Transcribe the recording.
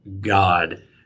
God